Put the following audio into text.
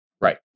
Right